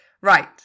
right